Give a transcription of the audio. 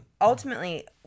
ultimately